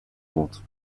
wort